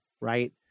Right